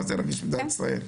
מה זה רגיש במדינת ישראל.